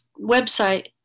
website